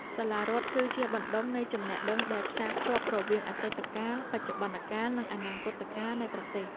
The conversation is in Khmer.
សាលារដ្ឋគឺជាបណ្តុំនៃចំណេះដឹងដែលផ្សារភ្ជាប់រវាងអតីតកាល បច្ចុប្បន្នកាល និងអនាគតកាលនៃប្រទេស។